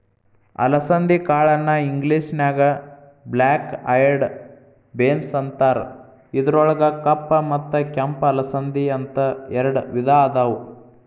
ಅಲಸಂದಿ ಕಾಳನ್ನ ಇಂಗ್ಲೇಷನ್ಯಾಗ ಬ್ಲ್ಯಾಕ್ ಐಯೆಡ್ ಬೇನ್ಸ್ ಅಂತಾರ, ಇದ್ರೊಳಗ ಕಪ್ಪ ಮತ್ತ ಕೆಂಪ ಅಲಸಂದಿ, ಅಂತ ಎರಡ್ ವಿಧಾ ಅದಾವ